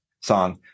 song